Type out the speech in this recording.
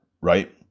right